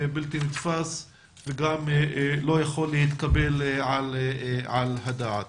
בלתי נתפס שגם לא יכול להתקבל על הדעת.